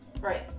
Right